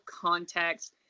context